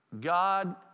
God